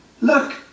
look